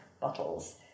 bottles